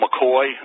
McCoy